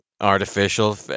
artificial